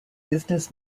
business